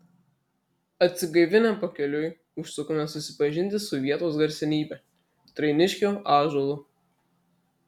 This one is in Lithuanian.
atsigaivinę pakeliui užsukome susipažinti su vietos garsenybe trainiškio ąžuolu